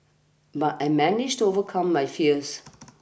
but I managed to overcome my fears